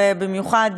ובמיוחד,